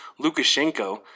Lukashenko